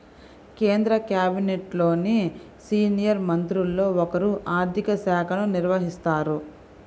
కేంద్ర క్యాబినెట్లోని సీనియర్ మంత్రుల్లో ఒకరు ఆర్ధిక శాఖను నిర్వహిస్తారు